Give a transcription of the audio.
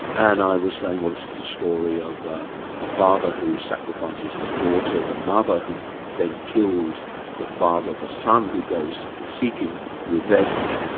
and i was saying, well this is a story of a father who sacrifices his daughter, the mother who then kills the father, the son who goes seeking revenge,